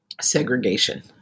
segregation